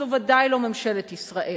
זו ודאי לא ממשלת ישראל.